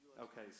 Okay